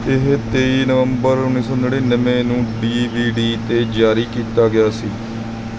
ਇਹ ਤੇਈ ਨਵੰਬਰ ਉੱਨੀ ਸੌ ਨੜਿਨਵੇਂ ਨੂੰ ਡੀ ਵੀ ਡੀ 'ਤੇ ਜਾਰੀ ਕੀਤਾ ਗਿਆ ਸੀ